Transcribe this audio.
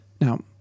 Now